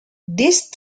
these